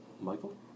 Michael